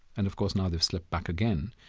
and, of course, now they've slipped back again,